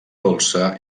dolça